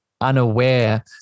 unaware